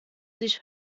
sich